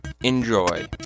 Enjoy